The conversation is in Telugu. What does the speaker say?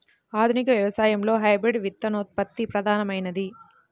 ఆధునిక వ్యవసాయంలో హైబ్రిడ్ విత్తనోత్పత్తి ప్రధానమైనది